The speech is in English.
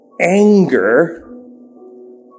anger